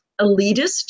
elitist